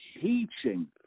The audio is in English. teaching